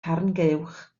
carnguwch